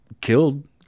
killed